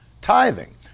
tithing